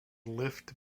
lift